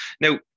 Now